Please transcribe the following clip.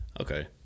Okay